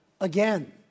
again